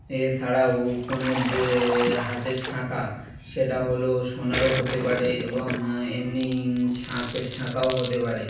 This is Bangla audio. এছাড়াও কনের যে হাতের শাঁখা সেটা হলো সোনারও হতে পারে এবং এমনি শাঁখের শাঁখাও হতে পারে